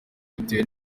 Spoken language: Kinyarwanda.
bitewe